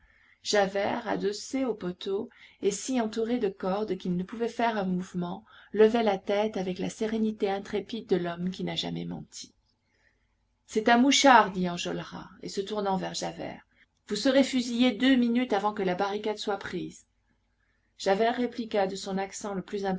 javert adossé au poteau et si entouré de cordes qu'il ne pouvait faire un mouvement levait la tête avec la sérénité intrépide de l'homme qui n'a jamais menti c'est un mouchard dit enjolras et se tournant vers javert vous serez fusillé deux minutes avant que la barricade soit prise javert répliqua de son accent le plus